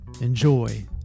enjoy